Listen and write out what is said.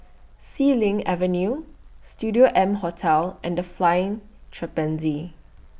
Xilin Avenue Studio M Hotel and The Flying Trapeze